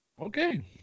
Okay